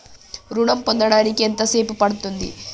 ఋణం పొందడానికి ఎంత సేపు పడ్తుంది?